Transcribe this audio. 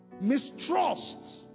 mistrust